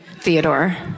Theodore